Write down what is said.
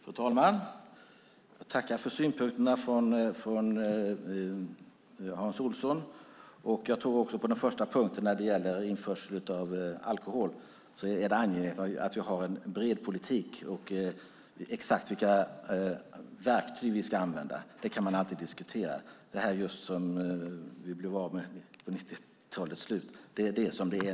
Fru talman! Jag tackar för synpunkterna från Hans Olsson. På den första punkten, införsel av alkohol, tror jag också att det är angeläget att vi har en bred politik. Exakt vilka verktyg vi ska använda kan man alltid diskutera. Det som vi blev av med på 90-talets slut är som det är.